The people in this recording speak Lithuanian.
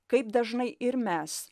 kaip dažnai ir mes